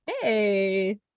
Hey